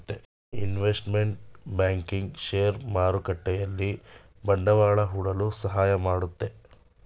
investment banking share ಮಾರುಕಟ್ಟೆಯಲ್ಲಿ ಬಂಡವಾಳ ಹೂಡಲು ಸಹಾಯ ಮಾಡುತ್ತೆ